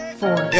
four